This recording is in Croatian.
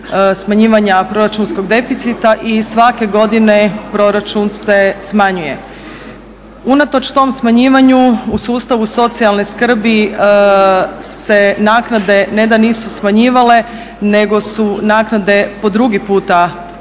smanjivanja proračunskog deficita i svake godine proračun se smanjuje. Unatoč tom smanjivanju u sustavu socijalne skrbi se naknade ne da nisu smanjivale nego su naknade po drugi puta rasle,